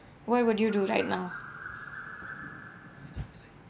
why would you do right now